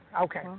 okay